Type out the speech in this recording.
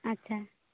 ᱟᱪᱪᱷᱟ